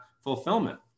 fulfillment